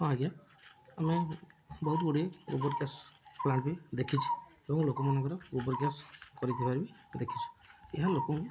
ହଁ ଆଜ୍ଞା ଆମେ ବହୁତ ଗୁଡ଼ିଏ ଗୋବର ଗ୍ୟାସ ପ୍ଳାଣ୍ଟ ବି ଦେଖିଛୁ ଏବଂ ଲୋକମାନଙ୍କର ଗୋବର ଗ୍ୟାସ କରିଥିବାର ବି ଦେଖିଛୁ ଏହା ଲୋକଙ୍କୁ